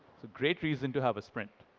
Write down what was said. great reason to have a sprint.